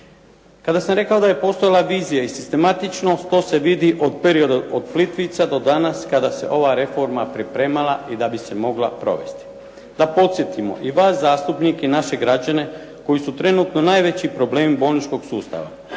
Kada sam rekao da je postojala vizija i sistematičnost to se vidi od perioda od Plitvica do danas kada se ova reforma pripremala i da bi se mogla provesti. Da podsjetimo i vas zastupnike i naše građane koji su trenutno najveći problem bolničkog sustava,